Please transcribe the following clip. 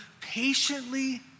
patiently